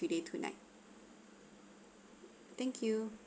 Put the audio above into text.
three day two night thank you